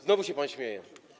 Znowu się pan śmieje.